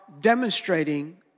demonstrating